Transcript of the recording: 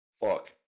Fuck